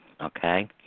okay